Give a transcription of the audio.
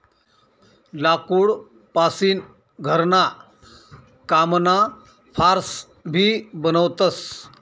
लाकूड पासीन घरणा कामना फार्स भी बनवतस